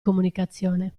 comunicazione